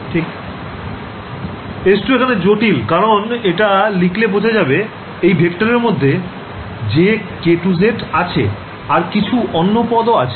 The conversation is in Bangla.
s2 এখানে জটিল কারণ এটা লিখলে বোঝা যাবে এই ভেক্টরের মধ্যে jk2z আছে আর কিছু অন্য পদ ও আছে